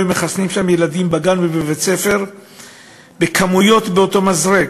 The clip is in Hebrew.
היו מחסנים שם ילדים בגן ובבית-ספר בכמויות באותו מזרק,